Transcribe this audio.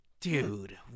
Dude